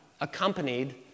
accompanied